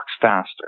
faster